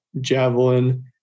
javelin